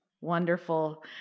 Wonderful